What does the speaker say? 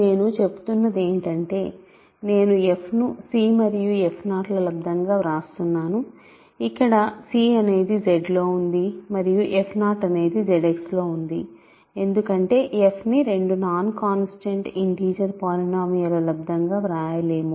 నేను చెబుతున్నది ఏమిటంటే నేను f ను c మరియు f0ల లబ్దం గా వ్రాస్తున్నాను ఇక్కడ c అనేది Z లో ఉంది మరియు f0 అనేది ZX లో ఉంది ఎందుకంటే f ని రెండు నాన్ కాన్స్టాంట్ ఇంటిజర్ పాలినోమియల్ ల లబ్దం గా వ్రాయలేము